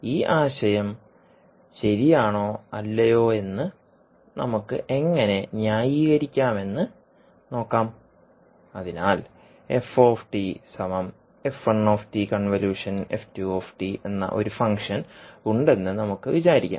ഈ ആശയം ശരിയാണോ അല്ലയോ എന്ന് നമുക്ക് എങ്ങനെ ന്യായീകരിക്കാമെന്ന് നോക്കാം അതിനാൽ എന്ന ഒരു ഫംഗ്ഷൻ ഉണ്ടെന്ന് നമുക്ക് വിചാരിക്കാം